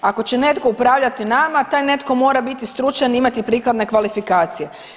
Ako će netko upravljati nama taj netko mora biti stručan i imati prikladne kvalifikacije.